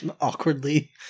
Awkwardly